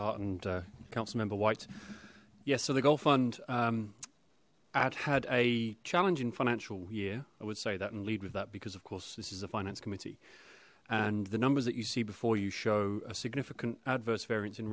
white yes so the goal fund had had a challenging financial year i would say that and lead with that because of course this is a finance committee and the numbers that you see before you show a significant adverse variance in